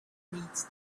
needs